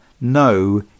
no